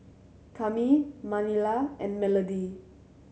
Cami Manilla and Melodie